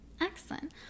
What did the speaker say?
Excellent